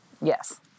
Yes